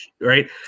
right